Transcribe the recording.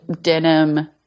denim